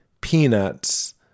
peanuts